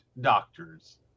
Doctors